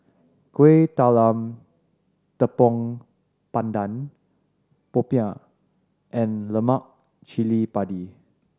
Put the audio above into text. Kueh Talam Tepong Pandan popiah and lemak cili padi